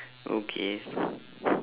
okay